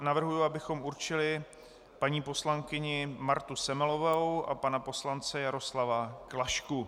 Navrhuji, abychom určili paní poslankyni Martu Semelovou a pana poslance Jaroslava Klašku.